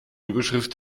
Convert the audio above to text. überschrift